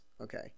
okay